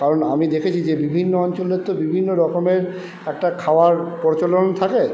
কারণ আমি দেখেছি যে বিভিন্ন অঞ্চলের তো বিভিন্ন রকমের একটা খাওয়ার প্রচলন থাকে